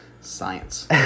Science